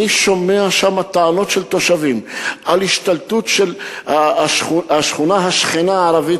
אני שומע שם טענות של תושבים על השתלטות של השכונה השכנה הערבית,